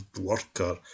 worker